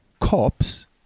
cops